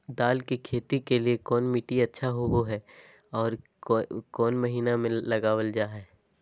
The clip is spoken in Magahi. दाल की खेती के लिए कौन मिट्टी अच्छा होबो हाय और कौन महीना में लगाबल जा हाय?